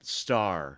star